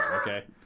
okay